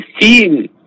team